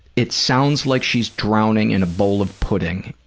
it sounds like she'd drowning in a bowl of pudding.